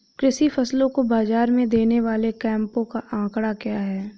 कृषि फसलों को बाज़ार में देने वाले कैंपों का आंकड़ा क्या है?